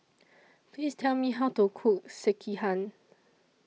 Please Tell Me How to Cook Sekihan